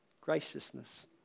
graciousness